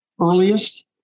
earliest